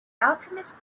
alchemist